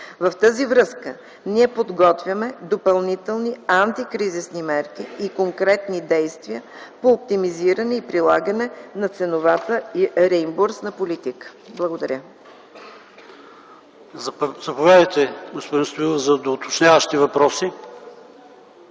В тази връзка ние подготвяме допълнителни антикризисни мерки и конкретни действия по оптимизиране и прилагане на ценовата и реимбурсна политика. Благодаря. ПРЕДСЕДАТЕЛ ПАВЕЛ ШОПОВ: Господин Стоилов, заповядайте за уточняващи въпроси.